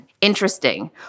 Interesting